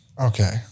Okay